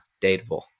Dateable